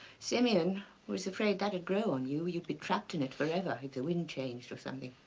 simeon was afraid that'd grow on you. you'd be trapped in it forever if the wind changed or something.